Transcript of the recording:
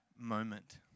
moment